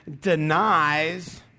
denies